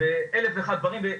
ואלף ואחד דברים.